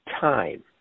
time